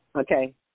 Okay